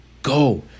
Go